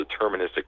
deterministic